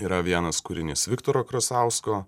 yra vienas kūrinys viktoro krasausko